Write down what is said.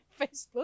Facebook